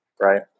right